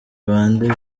bande